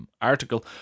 Article